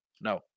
No